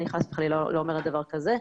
אני חס וחלילה לא אומרת דבר כזה.